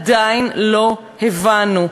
עדיין לא הבנו.